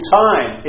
time